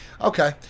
Okay